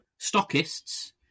Stockists